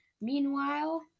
Meanwhile